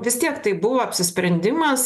vis tiek tai buvo apsisprendimas